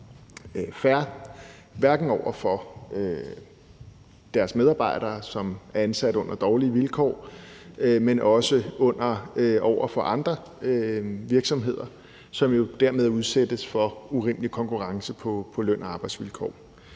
hverken over for deres medarbejdere, som er ansat under dårlige vilkår, eller over for andre virksomheder, som jo dermed udsættes for urimelig konkurrence på løn og arbejdsvilkår.